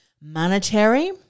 monetary